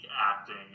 acting